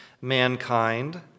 mankind